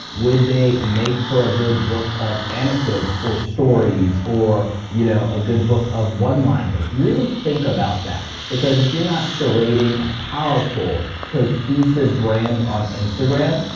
would they make for a good book of anecdotes, or stories, or you know a good book of one-liners? really think about that because if you're not curating a powerful cohesive brand on instagram,